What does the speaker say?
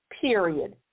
period